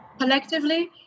collectively